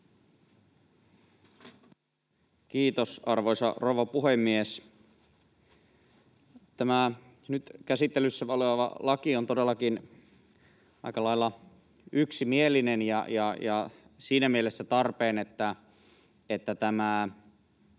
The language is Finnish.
Kiitos, arvoisa rouva puhemies! Tämä nyt käsittelyssä oleva laki on todellakin aika lailla yksimielinen ja siinä mielessä tarpeen, että tämä